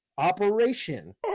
Operation